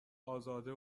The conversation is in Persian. ازاده